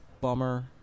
Bummer